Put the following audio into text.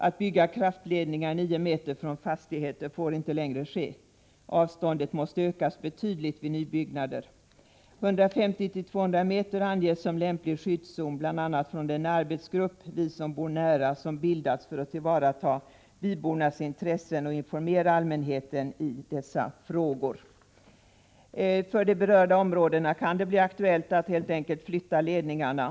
Att bygga kraftledningar 9 meter från fastigheter får inte längre ske. Avståndet måste ökas betydligt vid nybyggnader. Den arbetsgrupp, ”Vi som bor nära”, som bildats för att tillvarata bybornas intressen och för att informera allmänheten i dessa frågor anger att 150-200 meter kan anses som en lämplig skyddszon. För de berörda områdena kan det bli aktuellt att helt enkelt flytta kraftledningarna.